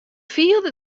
fielde